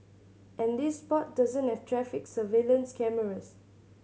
and this spot doesn't have traffic surveillance cameras